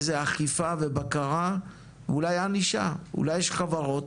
איזה אכיפה ובקרה ואולי ענישה, אולי יש חברות